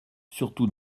surtout